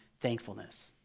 thankfulness